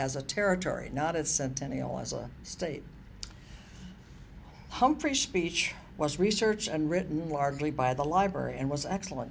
as a territory not as centennial as a state humphrey speech was research and written largely by the library and was excellent